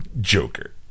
Joker